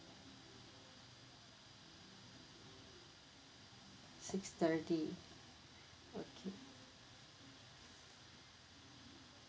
six thirty okay